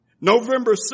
November